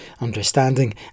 understanding